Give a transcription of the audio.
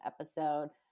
episode